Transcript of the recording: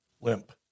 limp